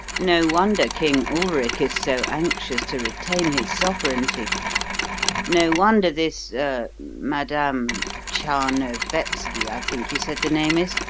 no wonder king ulric is so anxious to retain his sovereignty no wonder this er madame tcharnovetski, i think you said the name is